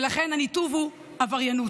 ולכן הניתוב הוא עבריינות.